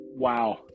Wow